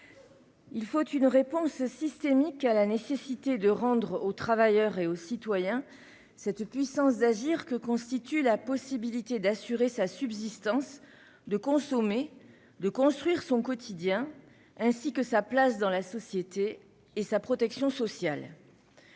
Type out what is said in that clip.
il faut une réponse systémique à la nécessité de rendre aux travailleurs et aux citoyens cette puissance d'agir que constitue la possibilité d'assurer sa subsistance, de consommer, de construire son quotidien, ainsi que sa place dans la société et sa protection sociale.